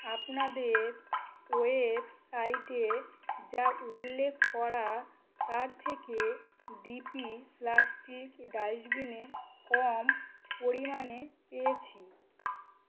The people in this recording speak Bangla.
আপনাদের ওয়েবসাইটে যা উল্লেখ করা তার থেকে ডিপি প্লাস্টিক ডাস্টবিনে কম পরিমাণে পেয়েছি